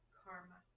karma